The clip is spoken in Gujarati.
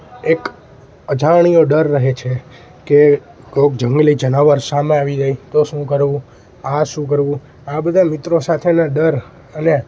એક અજાણ્યો ડર રહે છે કે કોઈક જંગલી જનાવર સામે આવી જાય તો શું કરવું આ શું કરવું આ બધા મિત્રો સાથેના ડર અને